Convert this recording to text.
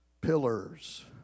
Pillars